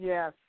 Yes